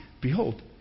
Behold